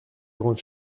grande